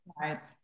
Right